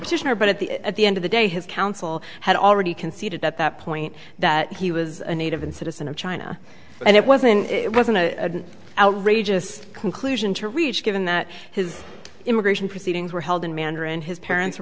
petitioner but at the at the end of the day his counsel had already conceded at that point that he was a native and citizen of china and it wasn't it wasn't a outrageous conclusion to reach given that his immigration proceedings were held in mandarin his parents